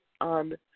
on